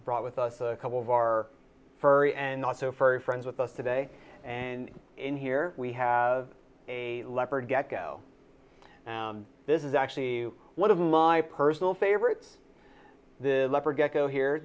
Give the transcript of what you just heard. brought with us a couple of our furry and also furry friends with us today and in here we have a leopard gecko and this is actually one of my personal favorites the leopard gecko here